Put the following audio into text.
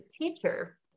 teacher